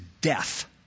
death